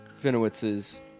Finowitz's